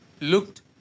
looked